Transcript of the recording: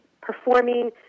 performing